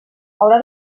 haurà